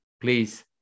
please